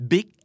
Big